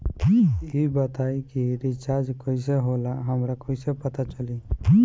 ई बताई कि रिचार्ज कइसे होला हमरा कइसे पता चली?